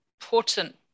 important